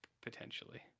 potentially